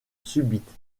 subite